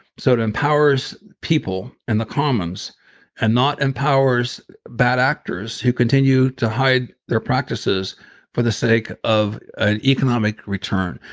so it empowers people and the commons and not empowers bad actors who continue to hide their practices for the sake of an economic return.